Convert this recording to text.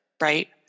Right